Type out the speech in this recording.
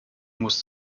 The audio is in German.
musst